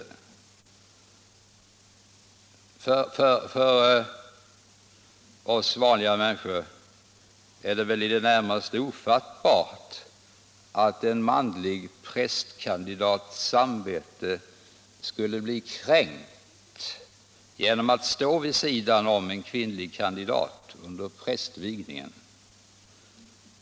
För oss vanliga människor är det väl i det närmaste helt ofattbart att en manlig prästkandidats samvete skulle bli kränkt genom att han står vid sidan om en kvinnlig kandidat under prästvigningen.